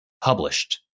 published